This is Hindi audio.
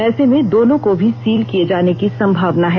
ऐसे भें दोनों को भी सील किए जाने की संभावना है